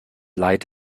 leid